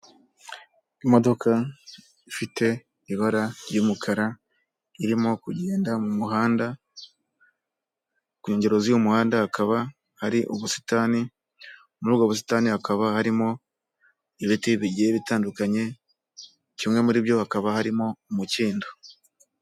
Imodoka ifite ibara ry'umukara irimo kugenda mu muhanda, ku nkengero z'uyu muhanda hakaba hari ubusitani muri ubwo busitani hakaba harimo ibiti bigiye bitandukanye kimwe muri byo hakaba harimo umukindo.